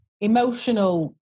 emotional